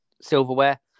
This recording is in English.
silverware